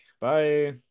Bye